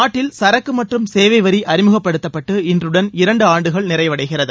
நாட்டில் சரக்கு மற்றும் சேவை வரி அறிமுகப்படுத்தப்பட்டு இன்றுடன் இரண்டு ஆண்டுகள் நிறைவடைகிறது